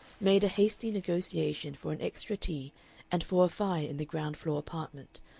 made a hasty negotiation for an extra tea and for a fire in the ground-floor apartment,